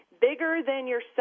bigger-than-yourself